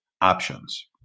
options